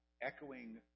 echoing